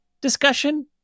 discussion